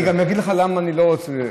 אני אגיד לך גם למה אני לא רוצה.